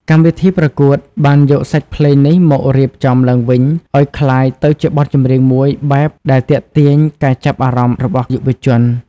កម្មវិធីប្រកួតបានយកសាច់ភ្លេងនេះមករៀបចំឡើងវិញឲ្យក្លាយទៅជាបទចម្រៀងមួយបែបដែលទាក់ទាញការចាប់អារម្មណ៍របស់យុវជន។